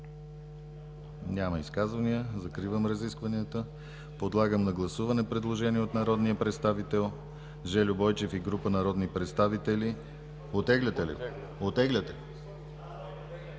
Няма изказвания. Закривам разискванията. Подлагам на гласуване предложението от народния представител Жельо Бойчев и група народни представители… РЕПЛИКИ ОТ БСП за БЪЛГАРИЯ: Оттегляме го.